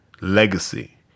legacy